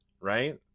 Right